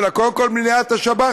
אלא קודם כול מניעת השב"חים.